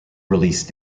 release